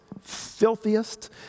filthiest